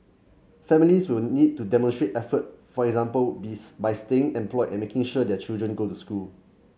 families will need to demonstrate effort for example by staying employed and making sure their children go to school